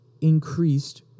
increased